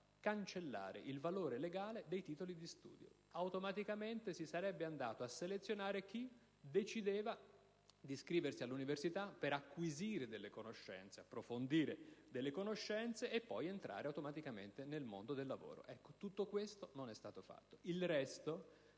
questo non è stato fatto.